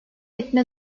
etme